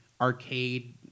arcade